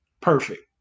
perfect